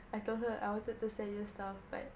I told her I wanted to send you stuff but